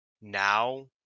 now